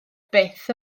byth